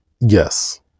Yes